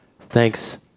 Thanks